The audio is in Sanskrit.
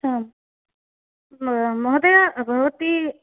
आं मह् महोदय भवती